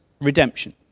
redemption